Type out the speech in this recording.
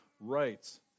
rights